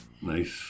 nice